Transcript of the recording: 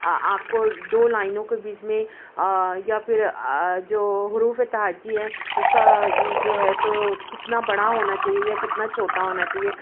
آپ کو دو لائنوں کے بیچ میں یا پھر جو حروف تہجی ہیں اس کا جو ہے تو کتنا بڑا ہونا چاہیے یا کتنا چھوٹا ہونا چاہیے